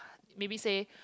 maybe say